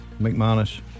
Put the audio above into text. McManus